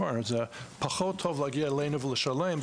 זה פחות טוב להגיע אלינו ולשלם.